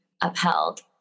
upheld